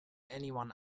anyone